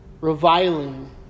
reviling